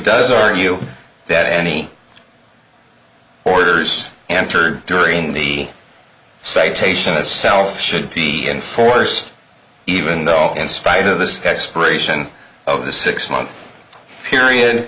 does argue that any orders and during the citation is self should be enforced even though in spite of the expiration of the six month period